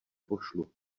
pošlu